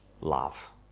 love